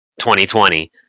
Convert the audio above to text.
2020